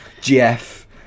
Jeff